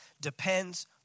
depends